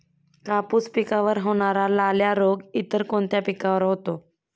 कापूस पिकावर होणारा लाल्या रोग इतर कोणत्या पिकावर होतो?